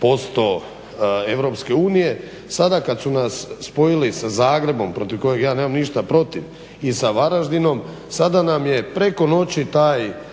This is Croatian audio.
35% Europske unije. Sada kad su nas spojili sa Zagrebom, protiv kojeg ja nemam ništa protiv, i sa Varaždinom sada nam je preko noći taj